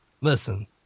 Listen